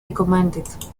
recommended